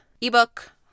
ebook